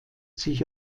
sich